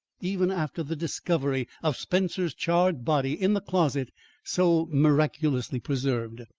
even after the discovery of spencer's charred body in the closet so miraculously preserved.